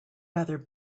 rather